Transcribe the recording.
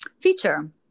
feature